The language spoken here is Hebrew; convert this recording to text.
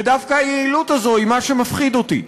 ודווקא היעילות הזאת היא מה שמפחיד אותי.